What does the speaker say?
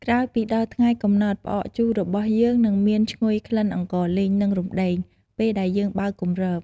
ក្រោយពីដល់ថ្ងៃកំណត់ ផ្អកជូររបស់យើងនឹងមានឈ្ងុយក្លិនអង្ករលីង និងរំដេង ពេលដែលយើងបើកគម្រប។